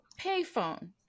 payphone